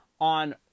on